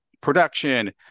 production